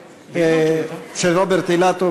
של רוברט אילטוב,